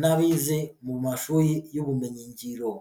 n'abize mu mashuri y'ubumenyi ngiro.